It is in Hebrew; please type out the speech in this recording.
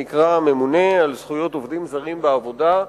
שנקרא הממונה על זכויות עובדים זרים בתחום דיני העבודה,